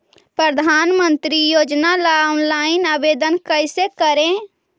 प्रधानमंत्री योजना ला ऑनलाइन आवेदन कैसे करे?